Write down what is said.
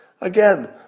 Again